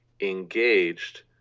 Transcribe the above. engaged